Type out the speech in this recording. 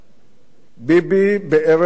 ביבי בארץ הפלאות.